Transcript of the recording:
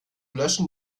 löschen